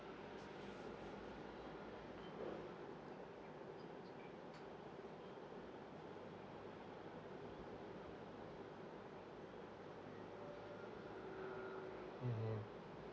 mmhmm